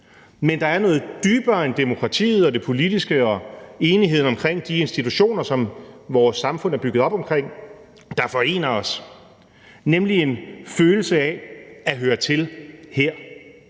Men der er noget dybere end demokratiet og det politiske og enigheden om de institutioner, som vores samfund er bygget op omkring, der forener os, nemlig en følelse af at høre til her,